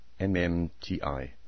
MMTI